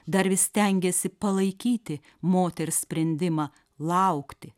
dar vis stengėsi palaikyti moters sprendimą laukti